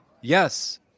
Yes